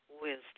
wisdom